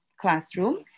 classroom